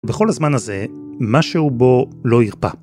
בכל הזמן הזה, משהו בו לא הרפה.